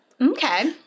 Okay